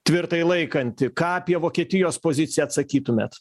tvirtai laikanti ką apie vokietijos poziciją atsakytumėt